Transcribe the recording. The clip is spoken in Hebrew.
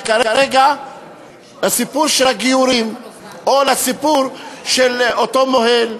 כרגע לסיפור של הגיורים או לסיפור של אותו מוהל,